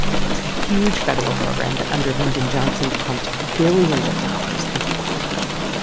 that was a huge federal program that under lyndon johnson pumped billions of dollars into appalachia.